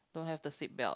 don't have the seatbelt